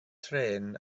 trên